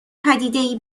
پدیدهای